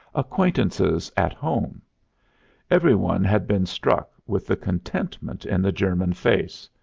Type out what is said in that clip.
acquaintances at home every one had been struck with the contentment in the german face.